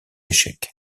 échecs